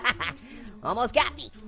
and almost got me.